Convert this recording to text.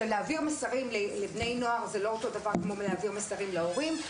להעביר מסרים לבני נוער לא דומה למסרים שמועברים להורים.